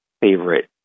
favorite